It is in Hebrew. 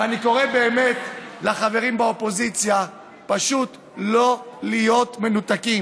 ואני קורא באמת לחברים באופוזיציה פשוט לא להיות מנותקים.